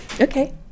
okay